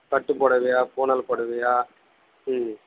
பட்டுப் புடவையா பூணம் புடவையா ம்